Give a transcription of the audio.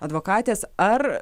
advokatės ar